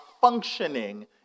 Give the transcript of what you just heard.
functioning